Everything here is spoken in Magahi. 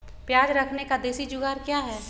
प्याज रखने का देसी जुगाड़ क्या है?